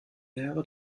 ära